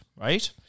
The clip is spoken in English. right